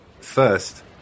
first